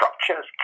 Structures